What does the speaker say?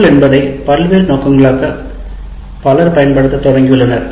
MOODLE என்பதை பல்வேறு நோக்கங்களுக்காக பலர் பயன்படுத்தத் தொடங்கியுள்ளனர்